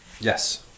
Yes